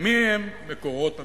מיהם מקורות המימון.